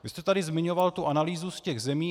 Vy jste tady zmiňoval analýzu z těch zemí.